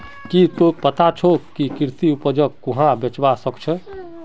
की तोक पता छोक के कृषि उपजक कुहाँ बेचवा स ख छ